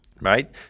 right